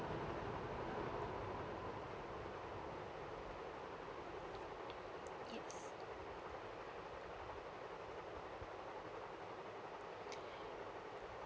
yes